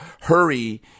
hurry